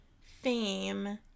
fame